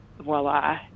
voila